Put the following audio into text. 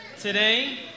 today